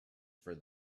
for